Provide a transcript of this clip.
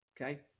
okay